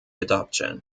adoption